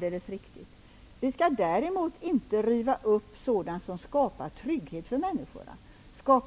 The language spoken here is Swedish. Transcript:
Däremot skall vi inte riva upp sådant som skapar trygghet för människorna